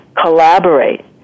collaborate